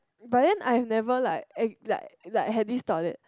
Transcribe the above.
but then I've never like ac~ like have this thought that